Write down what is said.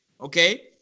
Okay